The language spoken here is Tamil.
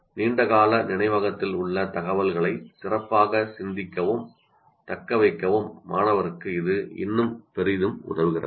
நீண்டகால நினைவகத்தில் உள்ள தகவல்களை சிறப்பாக சிந்திக்கவும் தக்கவைக்கவும் மாணவருக்கு இது இன்னும் பெரிதும் உதவுகிறது